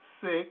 six